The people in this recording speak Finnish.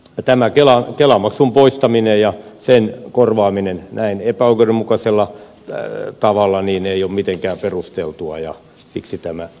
elikkä tämä kelamaksun poistaminen ja sen korvaaminen näin epäoikeudenmukaisella tavalla ei ole mitenkään perusteltua ja siksi tämä hylkäyksen kannatus